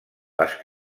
les